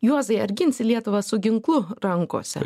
juozai ar ginsi lietuvą su ginklu rankose